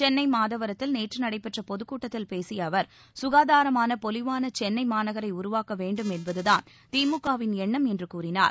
சென்னை மாதவரத்தில் நேற்று நடைபெற்ற பொதுக்கூட்டத்தில் பேசிய அவர் சுகாதாரமான பொலிவான சென்னை மாநகரை உருவாக்க வேண்டும் என்பது தான் தி மு க வின் எண்ணம் என்று கூறினார்